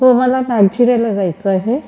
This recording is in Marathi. हो मला नागझिऱ्याला जायचं आहे